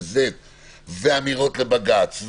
אמירות לבג"ץ,